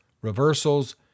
reversals